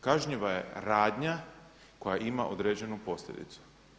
Kažnjiva je radnja koja ima određenu posljedicu.